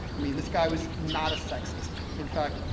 i mean, this guy was not a sexist, in fact,